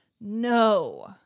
no